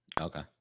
Okay